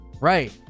Right